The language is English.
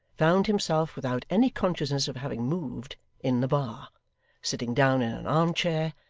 found himself, without any consciousness of having moved, in the bar sitting down in an arm-chair,